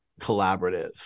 collaborative